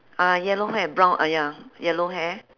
uh yellow hair and brown ah ya yellow hair